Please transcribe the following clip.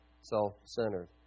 self-centered